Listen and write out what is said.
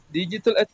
digital